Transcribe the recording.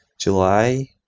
July